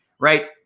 Right